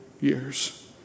years